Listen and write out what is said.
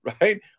right